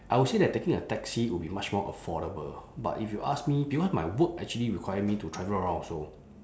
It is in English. I will say that taking a taxi would be much more affordable but if you ask me because my work actually require me to travel around also